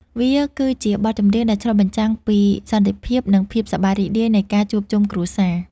វាគឺជាបទចម្រៀងដែលឆ្លុះបញ្ចាំងពីសន្តិភាព និងភាពសប្បាយរីករាយនៃការជួបជុំគ្រួសារ។